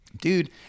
Dude